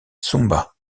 sumba